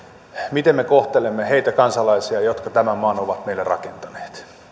miten me kohtelemme niitä kansalaisia jotka tämän maan ovat meille rakentaneet